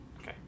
okay